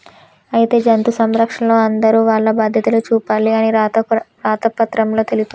అయితే జంతు సంరక్షణలో అందరూ వాల్ల బాధ్యతలు చూపాలి అని రాత పత్రంలో తెలిపారు